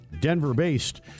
Denver-based